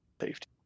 safety